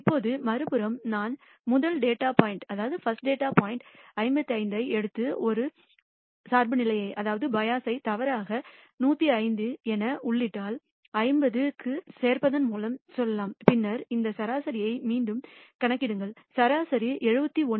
இப்போது மறுபுறம் நான் முதல் டேட்டா பாயிண்ட் 55 ஐ எடுத்து ஒரு சார்புநிலையை தவறாக 105 என உள்ளிட்டால் 50 க்கு ta ஐ சேர்ப்பதன் மூலம் சொல்லலாம் பின்னர் இந்த சராசரியை மீண்டும் கணக்கிடுங்கள் சராசரி 71